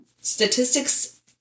statistics